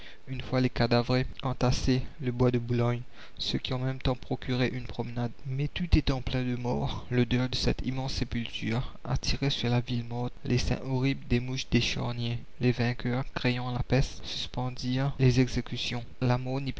une fois les cadavres entassés le bois de boulogne ce qui en même temps procurait une promenade mais tout étant plein de morts l'odeur de cette immense sépulture attirait sur la ville morte l'essaim horrible des mouches des charniers les vainqueurs craignant la peste suspendirent les exécutions